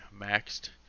maxed